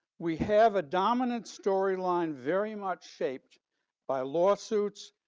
we have a dominant storyline very much shaped by lawsuits,